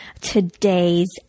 today's